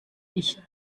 ich